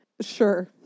Sure